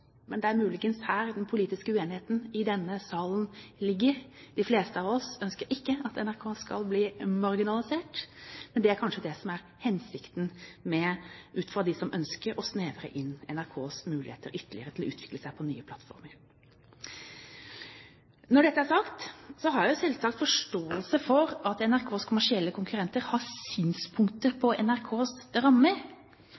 Men det er muligens her den politiske uenigheten i denne salen ligger. De fleste av oss ønsker ikke at NRK skal bli marginalisert, men det er kanskje det som er hensikten til dem som ønsker å snevre inn NRKs muligheter til ytterligere å utvikle seg på nye plattformer. Når dette er sagt, har jeg jo selvsagt forståelse for at NRKs kommersielle konkurrenter har synspunkter